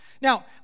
Now